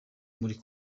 muri